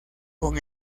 con